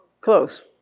Close